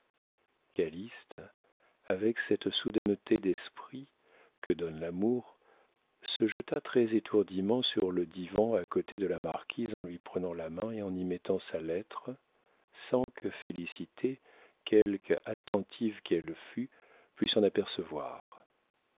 calyste avec cette soudaineté d'esprit que donne l'amour se jeta très étourdiment sur le divan à côté de la marquise en lui prenant la main et y mettant sa lettre sans que félicité quelque attentive qu'elle fût pût s'en apercevoir